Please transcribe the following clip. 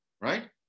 right